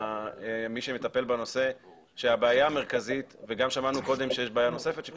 שלפי מיטב הבנתי לא נעשה באף משרד ממשלתי אחר שמטיל קנסות,